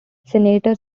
senator